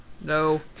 no